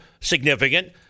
significant